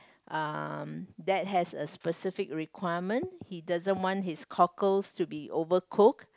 uh dad has a specific requirement he doesn't want his cockles to be overcook